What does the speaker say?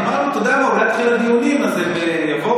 אתה יודע מה, אולי יתחילו הדיונים אז הם יבואו,